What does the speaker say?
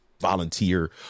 volunteer